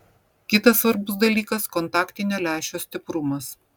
kitas svarbus dalykas kontaktinio lęšio stiprumas